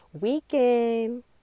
weekend